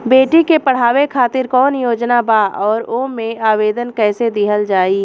बेटी के पढ़ावें खातिर कौन योजना बा और ओ मे आवेदन कैसे दिहल जायी?